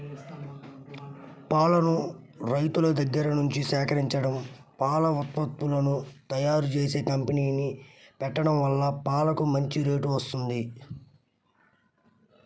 పాలను రైతుల దగ్గర్నుంచి సేకరించడం, పాల ఉత్పత్తులను తయ్యారుజేసే కంపెనీ పెట్టడం వల్ల పాలకు మంచి రేటు వత్తంది